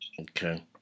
Okay